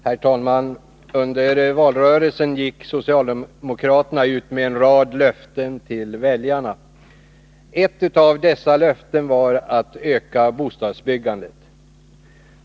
Herr talman! Under valrörelsen gick socialdemokraterna ut med en rad löften till väljarna. Ett av dessa löften var att öka bostadsbyggandet.